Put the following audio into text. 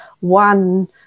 one